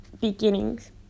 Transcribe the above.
beginnings